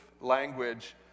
language